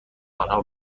آنها